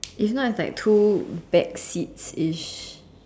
if not it's like two back seats ish